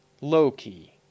Low-key